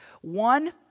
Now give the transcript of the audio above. One